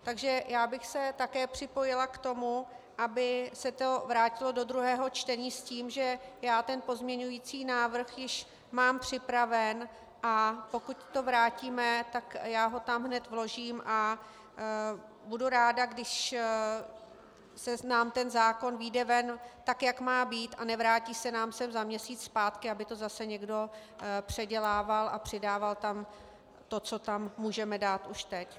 Takže já bych se také připojila k tomu, aby se to vrátilo do druhého čtení, s tím, že já ten pozměňovací návrh už mám připravený, a pokud to vrátíme, tak ho tam hned vložím a budu ráda, když nám ten zákon vyjde ven tak, jak má být, a nevrátí se nám za měsíc zpátky, aby to zase někdo předělával a přidával tam to, co tam můžeme dát už teď.